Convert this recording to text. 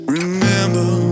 Remember